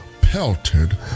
pelted